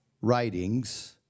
writings